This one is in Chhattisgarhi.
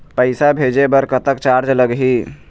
पैसा भेजे बर कतक चार्ज लगही?